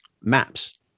maps